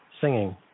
singing